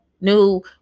new